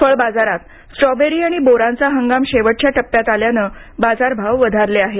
फळ बाजारात स्ट्रॉवेरी आणि बोरांचा हंगाम शेवटच्या टप्प्यात आल्याने बाजार भाव वधारले आहेत